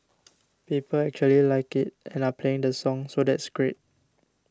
people actually like it and are playing the song so that's great